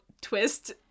twist